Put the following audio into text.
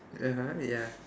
(uh huh) ya